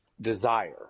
desire